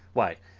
why,